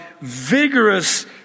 vigorous